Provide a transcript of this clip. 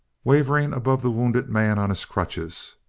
wavering above the wounded man on his crutches,